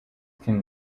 can